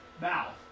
mouth